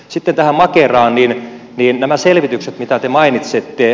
sitten tähän makeraan ja näihin selvityksiin mitä te mainitsette